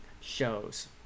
shows